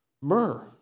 Myrrh